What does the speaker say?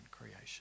creation